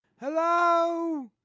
Hello